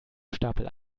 stapel